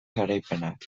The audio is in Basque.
garaipenak